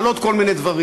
על עוד כל מיני דברים.